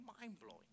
mind-blowing